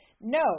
no